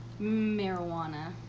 Marijuana